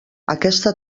aquesta